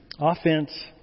Offense